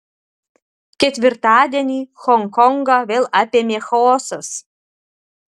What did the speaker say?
ketvirtadienį honkongą vėl apėmė chaosas